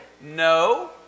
No